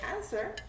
answer